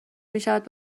میشود